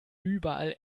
überall